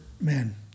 men